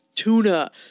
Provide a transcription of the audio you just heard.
Tuna